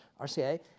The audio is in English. RCA